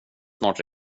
snart